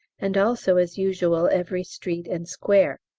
and also as usual every street and square.